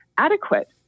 adequate